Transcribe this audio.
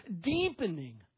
deepening